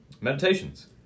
meditations